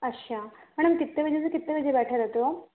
अच्छा मैडम कितने बजे से कितने बजे बैठे रहते हो आप